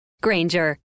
Granger